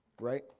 right